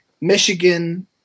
Michigan